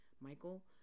michael